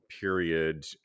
period